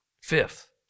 Fifth